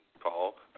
Paul